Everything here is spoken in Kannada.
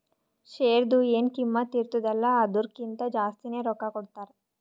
ಶೇರ್ದು ಎನ್ ಕಿಮ್ಮತ್ ಇರ್ತುದ ಅಲ್ಲಾ ಅದುರ್ಕಿಂತಾ ಜಾಸ್ತಿನೆ ರೊಕ್ಕಾ ಕೊಡ್ತಾರ್